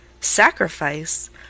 Sacrifice